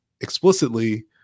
explicitly